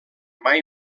mai